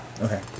Okay